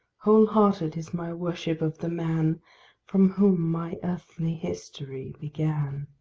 whole-hearted is my worship of the man from whom my earthly history began.